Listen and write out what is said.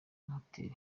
hotel